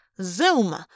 Zoom